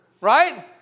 Right